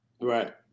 Right